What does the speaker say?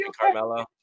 Carmelo